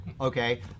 okay